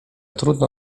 trudno